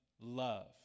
love